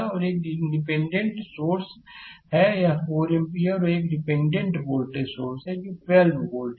और एक independent current source है यह 4 एम्पीयर है और एक इंडिपेंडेंट वोल्टेज सोर्स है जो 12 वोल्ट है